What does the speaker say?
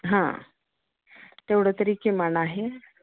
हा तेवढं तरी किमान आहे